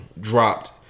dropped